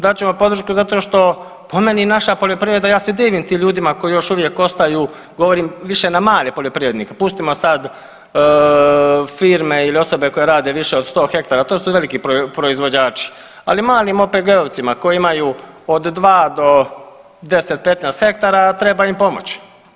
Dat ćemo podršku zato što po meni naša poljoprivreda, ja se divim tim ljudima koji još uvijek ostaju govorim više na male poljoprivrednike, pustimo sad firme ili osobe koje rade više od 100 hektara, to su veliki proizvođači, ali malim OPG-ovcima koji imaju od 2-10, 15 hektara a treba im pomoći.